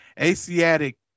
Asiatic